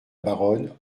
baronne